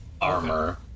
armor